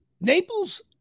Naples